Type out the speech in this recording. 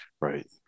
Right